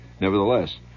nevertheless